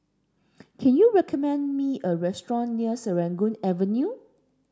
can you recommend me a restaurant near Serangoon Avenue